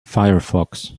firefox